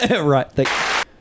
right